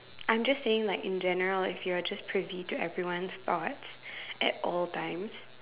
I'm just saying like in general like if you're just privy to everyone's thoughts at all times